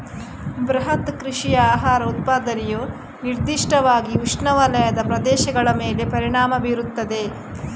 ಬೃಹತ್ ಕೃಷಿಯ ಆಹಾರ ಉತ್ಪಾದನೆಯು ನಿರ್ದಿಷ್ಟವಾಗಿ ಉಷ್ಣವಲಯದ ಪ್ರದೇಶಗಳ ಮೇಲೆ ಪರಿಣಾಮ ಬೀರುತ್ತದೆ